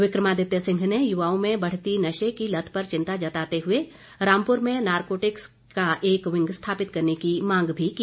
विक्रमादित्य सिंह ने युवाओं में बढ़ती नशे की लत पर चिंता जताते हुए रामपुर में नारकोटिक्स का एक विंग स्थापित करने की मांग भी की